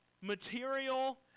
material